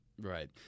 Right